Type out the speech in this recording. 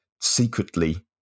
secretly